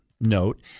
note